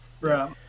Right